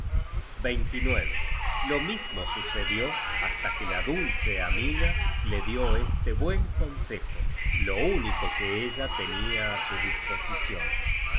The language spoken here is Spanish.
entera lo mismo sucedió hasta que la dulce amiga le dió este buen consejo lo único que ella tenia á su disposicion